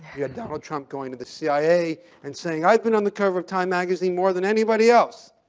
you had donald trump going to the cia and saying i've been on the cover of time magazine more than anybody else.